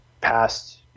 Past